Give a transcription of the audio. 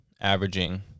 averaging